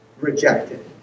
rejected